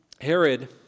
Herod